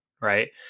right